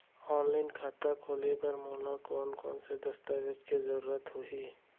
Online खाता खोले बर मोला कोन कोन स दस्तावेज के जरूरत होही?